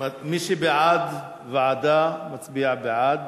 מי שבעד ועדה, מצביע בעד,